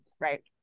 right